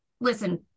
listen